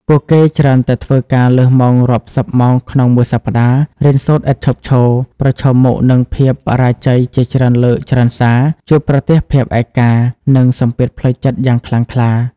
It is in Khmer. ពួកគេច្រើនតែធ្វើការលើសម៉ោងរាប់សិបម៉ោងក្នុងមួយសប្តាហ៍ រៀនសូត្រឥតឈប់ឈរ ប្រឈមមុខនឹងភាពបរាជ័យជាច្រើនលើកច្រើនសារ ជួបប្រទះភាពឯកា និងសម្ពាធផ្លូវចិត្តយ៉ាងខ្លាំងក្លា។